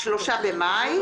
3 במאי,